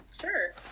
Sure